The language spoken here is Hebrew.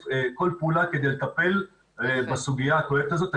כל פעולה כדי לטפל בסוגיה הכוללת הזאת.